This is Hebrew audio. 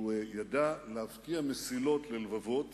הוא ידע להבקיע מסילות ללבבות